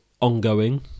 ongoing